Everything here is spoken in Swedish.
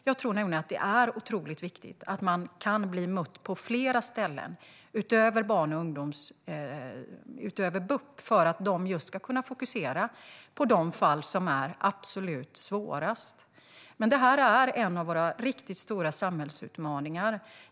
Jag tror nämligen att det är otroligt viktigt att man kan bli mött på fler ställen utöver BUP, just för att de ska kunna fokusera på de fall som är absolut svårast. Det här är en av våra riktigt stora samhällsutmaningar.